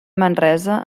manresa